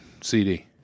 CD